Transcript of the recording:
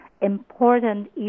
important